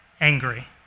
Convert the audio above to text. angry